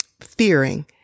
fearing